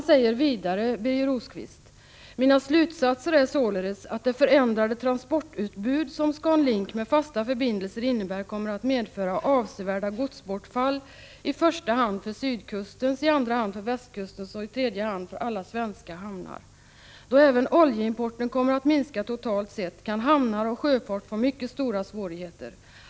Birger Rosqvist sade vidare: ”Mina slutsatser är således att det förändrade transportutbud som Scan Link med fasta förbindelser innebär kommer att medföra avsevärda godsbortfall i första hand för sydkustens, i andra hand för västkustens och i tredje hand för alla svenska hamnar. Då även oljeimporten kommer att minska totalt sett kan hamnar och sjöfart få mycket stora svårigheter ———.